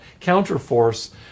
counterforce